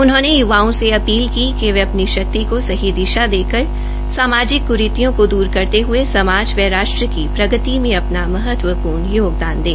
उन्होंने युवाओ से अपील की कि वे अपनी शक्ति को सही दिशा देकर सामाजिक क्रीतियों को दूर करने हये समाज व राष्ट्र की प्रगति मे अपना महत्वपूर्ण योगदान दें